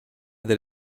that